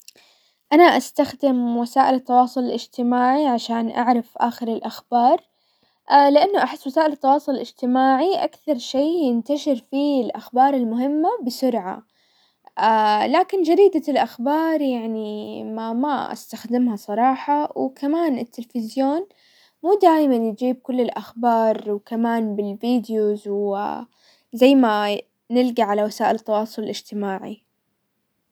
انا استخدم وسائل التواصل الاجتماعي عشان اعرف اخر الاخبار، لانه احد وسائل التواصل الاجتماعي اكثر شي ينتشر فيه الاخبار المهمة بسرعة، لكن جريدة الاخبار يعني ما-ما استخدم صراحة، وكمان التلفزيون مو دايما يجيب كل الاخبار، وكمان بالفيديوز زي ما نلقى على وسائل التواصل الاجتماعي.